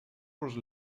was